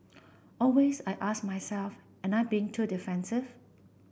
always I ask myself am I being too defensive